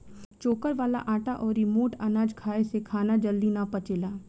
चोकर वाला आटा अउरी मोट अनाज खाए से खाना जल्दी ना पचेला